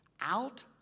out